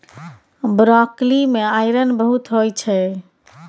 broccoli मे iron बहुत होइ छै